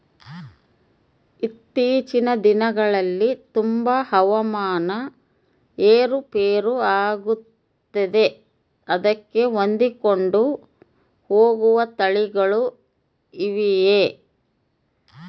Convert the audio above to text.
ಇತ್ತೇಚಿನ ದಿನಗಳಲ್ಲಿ ತುಂಬಾ ಹವಾಮಾನ ಏರು ಪೇರು ಆಗುತ್ತಿದೆ ಅದಕ್ಕೆ ಹೊಂದಿಕೊಂಡು ಹೋಗುವ ತಳಿಗಳು ಇವೆಯಾ?